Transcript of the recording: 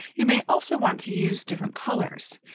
you may also want to use different colors.